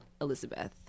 Elizabeth